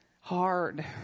hard